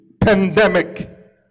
pandemic